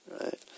Right